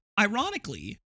ironically